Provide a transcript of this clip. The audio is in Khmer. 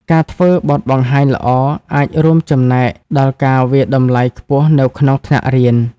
ការធ្វើបទបង្ហាញល្អអាចរួមចំណែកដល់ការវាយតម្លៃខ្ពស់នៅក្នុងថ្នាក់រៀន។